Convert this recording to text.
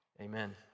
Amen